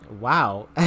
Wow